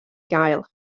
gael